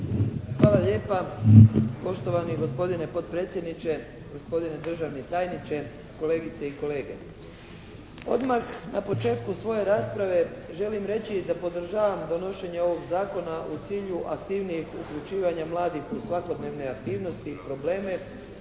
Hvala lijepa. Poštovani gospodine potpredsjedniče, gospodine državni tajniče, kolegice i kolege. Odmah na početku svoje rasprave želim reći da podržavam donošenje ovog zakona u cilju aktivnijeg uključivanja mladih u svakodnevne aktivnosti i probleme